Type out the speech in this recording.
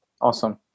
Awesome